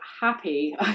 happy